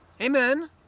Amen